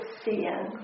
seeing